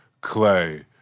Clay